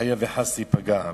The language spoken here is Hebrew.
חלילה וחס הוא יכול להיפגע.